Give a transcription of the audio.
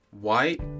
white